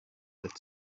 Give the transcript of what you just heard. that